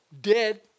Dead